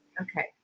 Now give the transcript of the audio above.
Okay